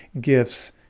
gifts